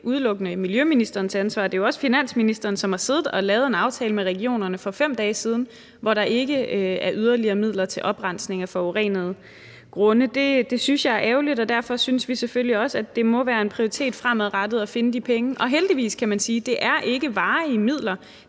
udelukkende miljøministerens ansvar, det er jo også finansministeren, som har siddet og lavet en aftale med regionerne for 5 dage siden, hvor der ikke er yderligere midler til oprensning af forurenede grunde. Det synes jeg er ærgerligt, og derfor synes vi selvfølgelig også, at det må være en prioritet fremadrettet at finde de penge. Heldigvis, kan man sige, er det ikke varige midler,